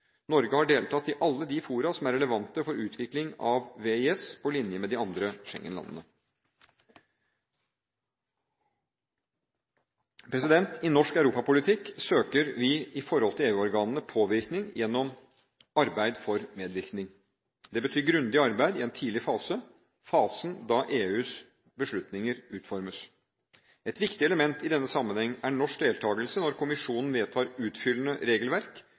Norge har deltatt i alle de fora som er relevante for utvikling av VIS på linje med de andre Schengen-landene. I norsk europapolitikk søker vi i forhold til EU-organene påvirkning gjennom arbeid for medvirkning. Det betyr grundig arbeid i en tidlig fase – fasen da EUs beslutninger utformes. Et viktig element i denne sammenheng er norsk deltakelse når kommisjonen vedtar utfyllende regelverk,